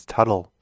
Tuttle